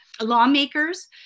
lawmakers